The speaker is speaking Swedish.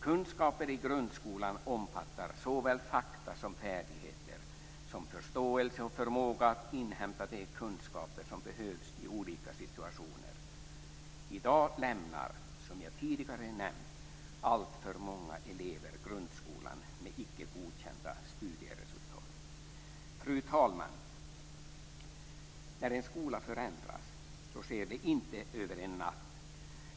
Kunskaper i grundskolan omfattar såväl fakta och färdigheter som förståelse och förmåga att inhämta de kunskaper som behövs i olika situationer. I dag lämnar, som jag tidigare nämnt, alltför många elever grundskolan med icke godkända studieresultat. Fru talman! När en skola förändras sker det inte över en natt.